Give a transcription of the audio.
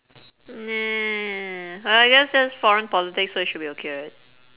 well I guess that's foreign politics so it should be okay right